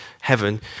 heaven